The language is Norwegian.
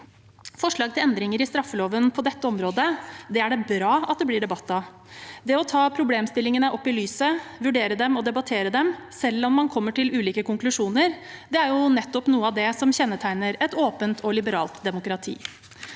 Forslag til endringer i straffeloven på dette området er det bra at det blir debatt av. Det å ta problemstillingene opp i lyset, vurdere dem og debattere dem, selv om man kommer til ulike konklusjoner, er nettopp noe av det som kjennetegner et åpent og liberalt demokrati.